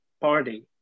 party